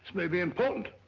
may be important.